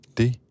det